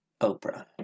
Oprah